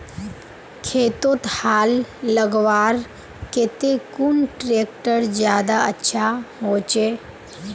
खेतोत हाल लगवार केते कुन ट्रैक्टर ज्यादा अच्छा होचए?